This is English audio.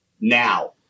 now